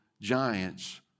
giants